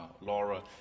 Laura